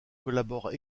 collaborent